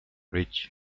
rich